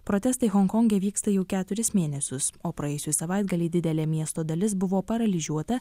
protestai honkonge vyksta jau keturis mėnesius o praėjusį savaitgalį didelė miesto dalis buvo paralyžiuota